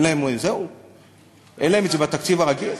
אין להם את זה בתקציב הרגיל?